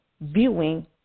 viewing